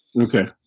Okay